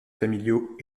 familiaux